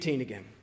again